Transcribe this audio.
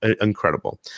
incredible